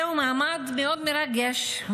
זהו מעמד מאוד מרגש,